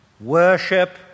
Worship